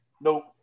nope